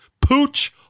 Pooch